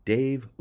Dave